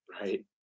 right